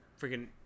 freaking